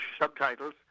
subtitles